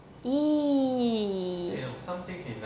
!ee!